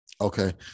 Okay